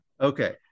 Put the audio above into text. Okay